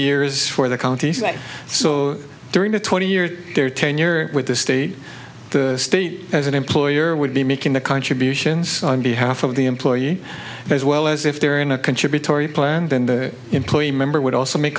year is for the counties like so during the twenty year their tenure with the state the state as an employer would be making the contributions on behalf of the employee as well as if they're in a contributory plan then the employee member would also make